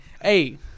Hey